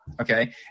okay